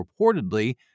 reportedly